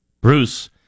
Bruce